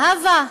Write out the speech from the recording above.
זהבה,